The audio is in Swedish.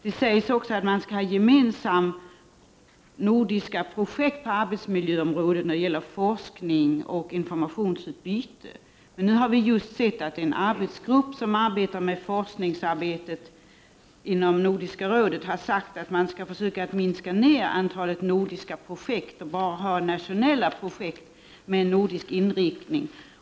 De sägs ofta att man skall bedriva gemensamma nordiska projekt på arbetsmiljöområdet när det gäller forskningsoch informationsutbyte. Den arbetsgrupp som arbetar med forskning inom Nordiska rådet har just uttalat att man skall försöka minska antalet nordiska projekt och bara driva nationella projekt med nordisk inriktning.